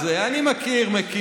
אני מכיר, מכיר.